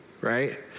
Right